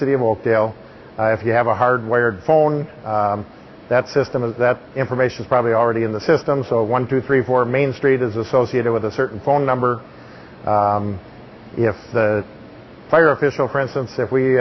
city of old dale if you have a hard wired phone that system of that information is probably already in the system so one two three four main street is associated with a certain phone number if the fire official for instance if we